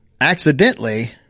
accidentally